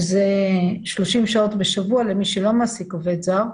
שזה 30 שעות בשבוע למי שלא עוסק עובד זר.